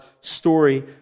story